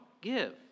give